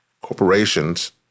corporations